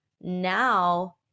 now